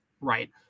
Right